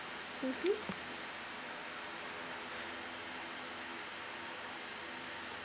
mmhmm